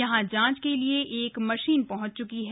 यहां जांच के लिए एक मशीन पहुंच च्की है